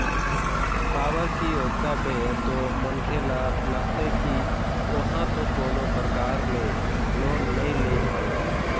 काबर की ओतका बेर तो मनखे ल लगथे की ओहा तो कोनो परकार ले लोन नइ ले हवय